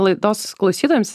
laidos klausytojams